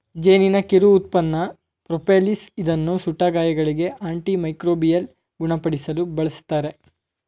ಜೇನಿನ ಕಿರು ಉತ್ಪನ್ನ ಪ್ರೋಪೋಲಿಸ್ ಇದನ್ನು ಸುಟ್ಟ ಗಾಯಗಳಿಗೆ, ಆಂಟಿ ಮೈಕ್ರೋಬಿಯಲ್ ಗುಣಪಡಿಸಲು ಬಳ್ಸತ್ತರೆ